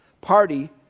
party